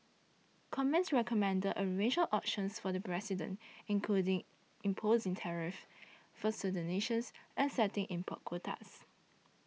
commerce recommended a range of options for the president including imposing tariffs for certain nations and setting import quotas